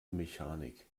mechanik